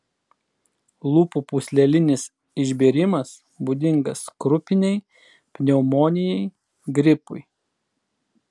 lūpų pūslelinis išbėrimas būdingas krupinei pneumonijai gripui